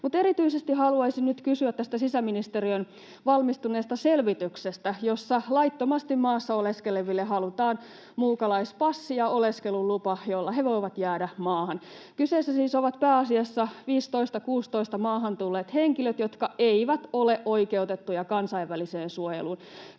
Mutta erityisesti haluaisin nyt kysyä tästä sisäministeriön valmistuneesta selvityksestä, jossa laittomasti maassa oleskeleville halutaan muukalaispassi ja oleskelulupa, joilla he voivat jäädä maahan. Kyseessä siis ovat pääasiassa vuosina 15—16 maahan tulleet henkilöt, jotka eivät ole oikeutettuja kansainväliseen suojeluun.